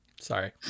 sorry